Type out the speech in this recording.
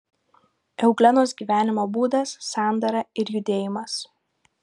euglenos gyvenimo būdas sandara ir judėjimas